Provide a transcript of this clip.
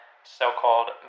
so-called